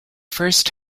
first